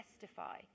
testify